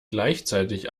gleichzeitig